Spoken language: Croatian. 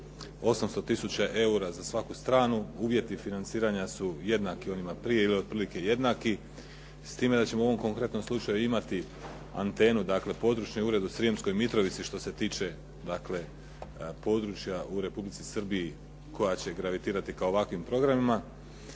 800000 eura za svaku stranu. Uvjeti financiranja su jednaki onima prije ili otprilike jednaki s time da ćemo u ovom konkretnom slučaju imati antenu, dakle područni ured u Srijemskoj Mitrovici što se tiče dakle područja u Republici Srbiji koja će gravitirati ka ovakvim programima.